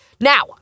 Now